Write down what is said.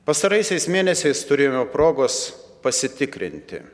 pastaraisiais mėnesiais turėjome progos pasitikrinti